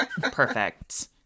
Perfect